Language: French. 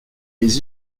les